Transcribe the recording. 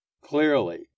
Clearly